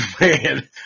man